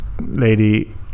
lady